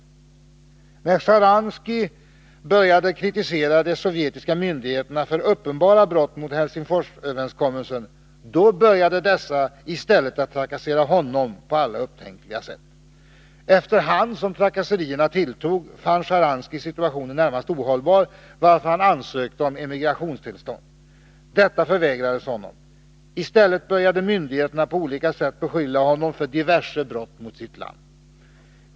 När Shcharansky började kritisera de sovjetiska myndigheterna för uppenbara brott mot Helsingforsöverenskommelsen, då började dessa att trakassera honom på alla upptänkliga sätt. Efter hand som trakasserierna tilltog, fann Shceharansky situationen närmast ohållbar, varför han ansökte om emigrationstillstånd. Detta förvägrades honom. I stället började myndigheterna att på olika sätt beskylla honom för diverse brott mot sitt land.